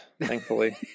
thankfully